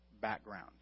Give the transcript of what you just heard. background